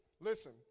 listen